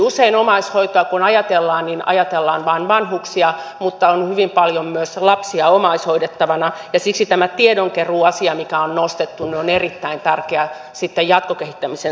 usein omaishoitoa kun ajatellaan niin ajatellaan vain vanhuksia mutta on hyvin paljon myös lapsia omaishoidettavana ja siksi tämä tiedonkeruuasia mikä on nostettu on erittäin tärkeä sitten jatkokehittämisen kannalta